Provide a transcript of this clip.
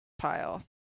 pile